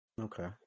Okay